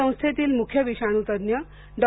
संस्थेतील मुख्य विषाणूतज्ञ डॉ